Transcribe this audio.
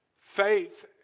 faith